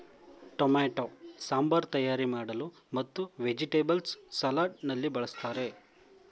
tomato sambar ತಯಾರಿ ಮಾಡಲು ಮತ್ತು ವೆಜಿಟೇಬಲ್ಸ್ ಸಲಾಡ್ ನಲ್ಲಿ ಬಳ್ಸತ್ತರೆ